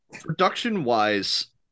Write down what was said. production-wise